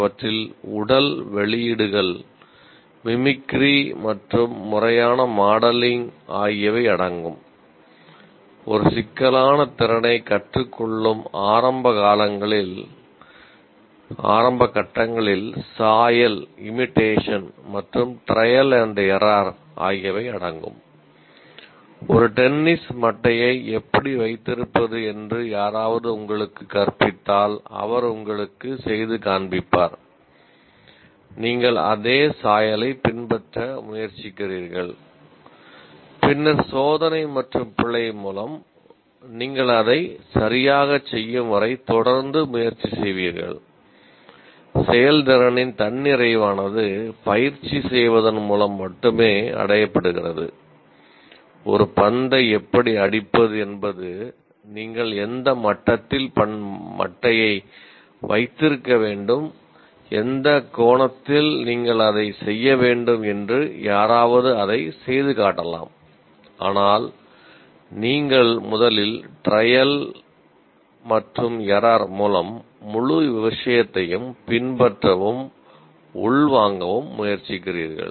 அவற்றில் உடல் வெளியீடுகள் மிமிக்ரி மூலம் முழு விஷயத்தையும் பின்பற்றவும் உள்வாங்கவும் முயற்சிக்கிறீர்கள்